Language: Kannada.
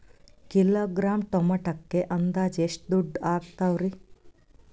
ಕಿಲೋಗ್ರಾಂ ಟೊಮೆಟೊಕ್ಕ ಅಂದಾಜ್ ಎಷ್ಟ ದುಡ್ಡ ಅಗತವರಿ?